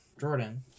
Jordan